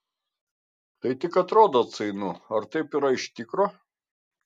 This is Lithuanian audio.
tai tik atrodo atsainu ar taip yra iš tikro